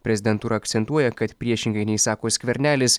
prezidentūra akcentuoja kad priešingai nei sako skvernelis